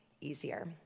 easier